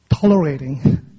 tolerating